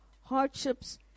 hardships